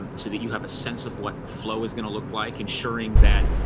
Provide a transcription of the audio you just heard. um so that you have a sense of what the flow is going to look like ensuring that?